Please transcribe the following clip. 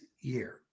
year